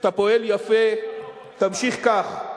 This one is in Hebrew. אתה פועל יפה, תמשיך כך.